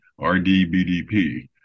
RDBDP